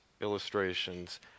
illustrations